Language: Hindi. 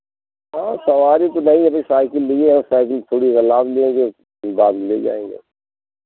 हाँ सवारी तो नहीं अभी साइकिल लिए हैं साइकिल के थैली में लाद लेंगे बाँध के ले जाएँगे